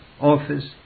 office